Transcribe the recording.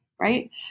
Right